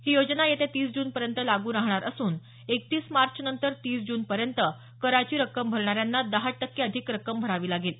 ही योजना येत्या तीस जूनपर्यंत लागू राहणार असून एकतीस मार्चनंतर तीस जूनपर्यंत कराची रक्कम भरणाऱ्यांना दहा टक्के अधिक रक्कम भरावी लागेल